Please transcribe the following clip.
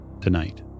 tonight